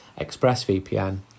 ExpressVPN